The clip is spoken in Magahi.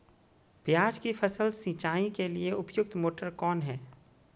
प्याज की फसल सिंचाई के लिए उपयुक्त मोटर कौन है?